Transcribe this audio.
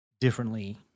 differently